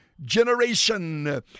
Generation